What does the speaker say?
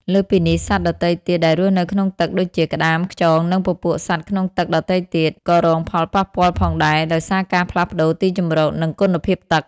លើសពីនេះ សត្វដទៃទៀតដែលរស់នៅក្នុងទឹក ដូចជា ក្តាម ខ្យង និងពពួកសត្វក្នុងទឹកដទៃទៀត ក៏រងផលប៉ះពាល់ផងដែរ ដោយសារការផ្លាស់ប្តូរទីជម្រក និងគុណភាពទឹក។